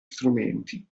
strumenti